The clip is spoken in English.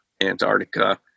Antarctica